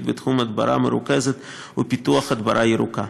בתחום הדברה מרוכזת ופיתוח הדברה ירוקה.